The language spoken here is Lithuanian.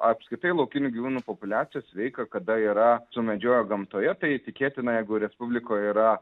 apskritai laukinių gyvūnų populiacijos sveika kada yra sumedžiojo gamtoje tai tikėtina jeigu respublikoj yra